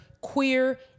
queer